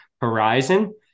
horizon